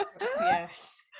Yes